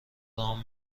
رام